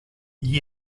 gli